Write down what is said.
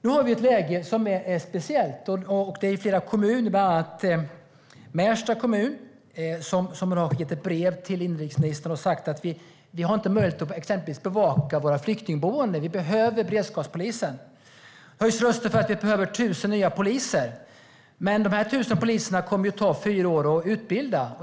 Nu har vi ett läge som är speciellt. Flera kommuner, bland annat Märsta kommun, har skrivit ett brev till inrikesministern och sagt: Vi har inte möjlighet att exempelvis bevaka våra flyktingboenden. Vi behöver beredskapspolisen. Det höjs röster för att vi behöver tusen nya poliser. Men de tusen poliserna kommer det ju att ta fyra år att utbilda.